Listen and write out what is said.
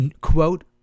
quote